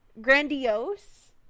grandiose